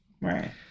Right